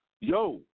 yo